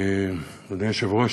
אדוני היושב-ראש,